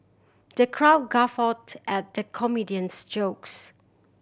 the crowd guffawed at the comedian's jokes